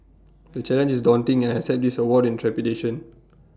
the challenge is daunting and I accept this award in trepidation